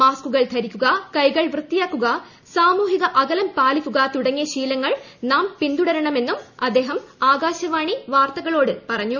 മാസ്ക്കുകൾ ധരിക്കുക കൈകൾ വൃത്തിയാക്കുക സാമൂഹിക അകലം പാലിക്കുക തുടങ്ങിയ ശീലങ്ങൾ നാം പിൻതുടരണമെന്നും അദ്ദേഹം ആകാശവാണി വാർത്തകളോട് പറഞ്ഞു